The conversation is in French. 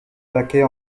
laquais